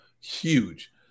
huge –